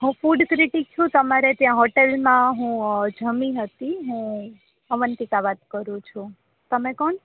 હું food critic છું તમારે ત્યાં હોટેલમાં હું જમી હતી હું અવંતિકા વાત કરું છું તમે કોણ